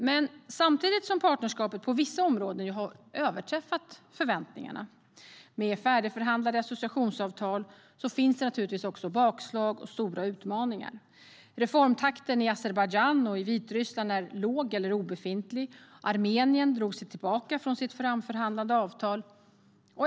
Men samtidigt som partnerskapet på vissa områden har överträffat förväntningarna genom färdigförhandlade associationsavtal finns det bakslag och stora utmaningar. Reformtakten i Azerbajdzjan och Vitryssland är låg eller obefintlig. Armenien drog sig tillbaka från sitt framförhandlade avtal.